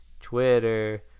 Twitter